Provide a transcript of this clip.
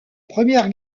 première